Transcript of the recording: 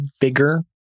bigger